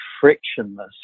frictionless